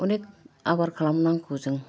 अनेक आबाद खालामनांगौ जों